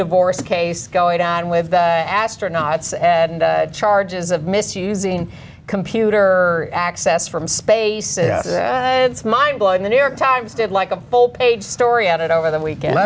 divorce case going down with astronauts and charges of misusing computer access from space it's mind blowing the new york times did like a full page story on it over the weekend